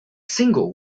single